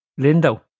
Lindo